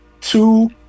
Two